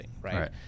right